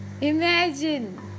Imagine